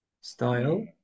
style